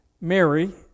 Mary